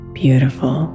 beautiful